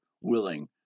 willing